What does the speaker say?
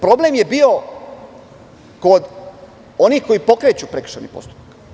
Problem je bio kod onih koji pokreću prekršajni postupak.